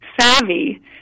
savvy